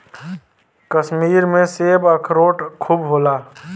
कश्मीर में सेब, अखरोट खूब होला